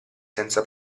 senza